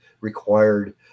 required